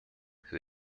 who